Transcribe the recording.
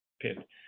pit